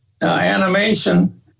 animation